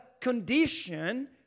condition